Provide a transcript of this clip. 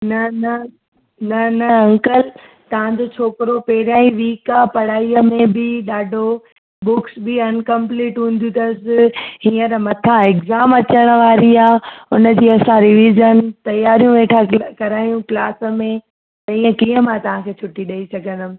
न न न न अंकल तव्हांजो छोकिरो पहिरियां ई विक आहे पढ़ाईअ में बि ॾाढो बुक्स बि अनकंप्लीट हूंदियूं अथसि हींअर मथां एग्ज़ाम अचणु वारी आहे हुनजी असां रिविजन तयारियूं वेठा करायूं क्लास में त इअं कीअं मां तव्हांखे छुटी ॾेई सघंदमि